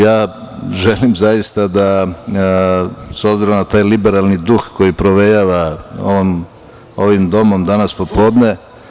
Ja želim, zaista, s obzirom na taj liberalni duh koji provejava ovim domom danas popodne.